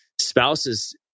spouses